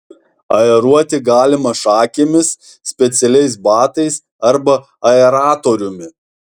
aeruoti galima šakėmis specialiais batais arba aeratoriumi